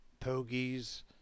pogies